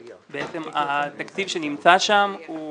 בעצם התקציב שנמצא שם הוא